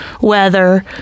weather